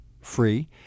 free